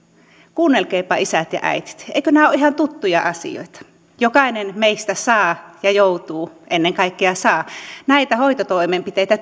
kuunnelkaapa isät ja äidit eivätkö nämä ole ihan tuttuja asioita jokainen meistä saa tehdä ja joutuu tekemään ennen kaikkea saa tehdä näitä hoitotoimenpiteitä